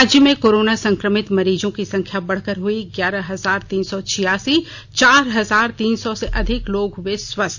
राज्य में कोरोना संक्रमित मरीजों की संख्या बढ़कर हुई ग्यारह हजार तीन सौ छियासी चार हजार तीन सौ से अधिक लोग हुए स्वस्थ